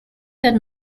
that